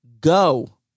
go